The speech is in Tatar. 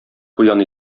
куян